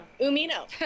Umino